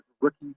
rookie